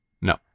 No